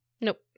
Nope